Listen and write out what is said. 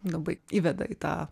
labai įveda į tą